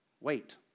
Wait